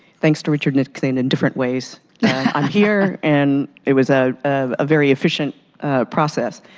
thanks to richard nixon in different ways. i'm here and it was a ah ah very efficient process.